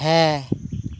ᱦᱮᱸ